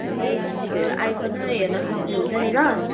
अन्त यसो तपाईँहरू आइकन हेर्न सक्नुहुन्छ नि ल